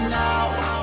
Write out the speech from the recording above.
now